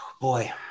boy